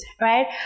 right